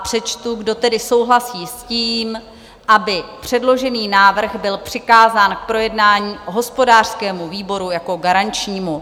Přečtu: Kdo tedy souhlasí s tím, aby předložený návrh byl přikázán k projednání hospodářskému výboru jako garančnímu?